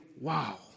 Wow